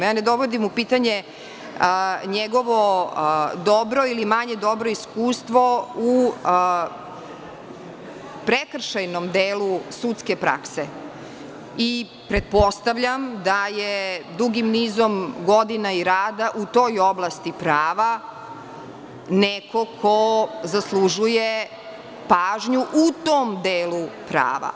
Ne dovodim u pitanje njegovo dobro ili manje dobro iskustvo u prekršajnom delu sudske prakse i pretpostavljam da je dugim nizom godina i rada u toj oblasti prava neko ko zaslužuje pažnju u tom delu prava.